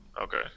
Okay